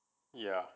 ya